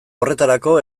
horretarako